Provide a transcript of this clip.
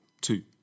two